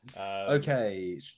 Okay